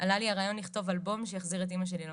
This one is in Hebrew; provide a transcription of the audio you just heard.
עלה לי הרעיון לכתוב אלבום שיחזיר את אמא שלי למציאות,